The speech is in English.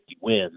wins